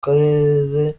karere